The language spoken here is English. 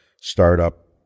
startup